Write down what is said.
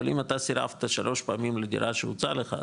אבל אם אתה סירבת שלוש פעמים לדירה שהוצעה לך,